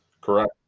correct